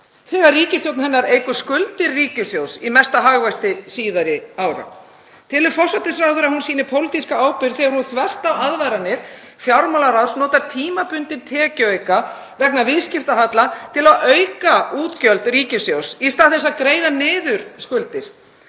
þegar ríkisstjórn hennar eykur skuldir ríkissjóðs í mesta hagvexti síðari ára? Telur forsætisráðherra að hún sýni pólitíska ábyrgð þegar hún, þvert á aðvaranir fjármálaráðs, notar tímabundinn tekjuauka vegna viðskiptahalla til að auka útgjöld ríkissjóðs í stað þess að greiða niður skuldir?